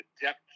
depth